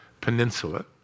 peninsula